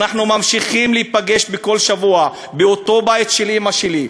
ואנחנו ממשיכים להיפגש כל שבוע באותו בית של אימא שלי.